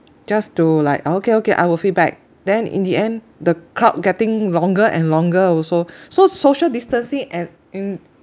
just to like okay okay I will feedback then in the end the crowd getting longer and longer also so social distancing and in